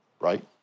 right